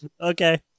Okay